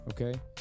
Okay